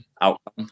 outcome